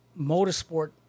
motorsport